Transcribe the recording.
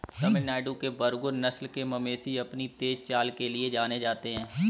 तमिलनाडु के बरगुर नस्ल के मवेशी अपनी तेज चाल के लिए जाने जाते हैं